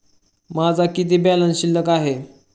माझा किती बॅलन्स शिल्लक आहे?